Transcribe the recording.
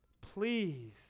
Please